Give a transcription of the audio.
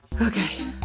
Okay